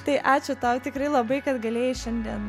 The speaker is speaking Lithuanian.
tai ačiū tau tikrai labai kad galėjai šiandien